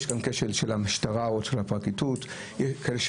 יש כאן כשל של המשטרה או של הפרקליטות, קולוסאלי.